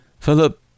Philip